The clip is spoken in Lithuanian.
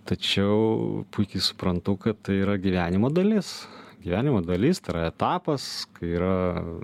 tačiau puikiai suprantu kad tai yra gyvenimo dalis gyvenimo dalis tai yra etapas kai yra